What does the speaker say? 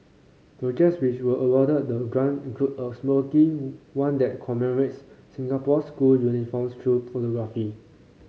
projects which were awarded the grant include a quirky one that commemorates Singapore's school uniforms through photography